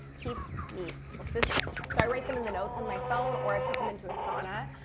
keeps me consistent. so, i write them in the notes on my phone, or i put them into a sauna,